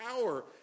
power